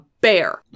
bear